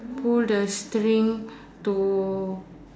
pull the string to